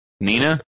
Nina